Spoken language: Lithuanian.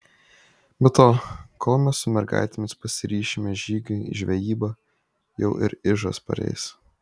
be to kol mes su mergaitėmis pasiryšime žygiui į žvejybą jau ir ižas pareis